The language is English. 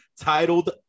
titled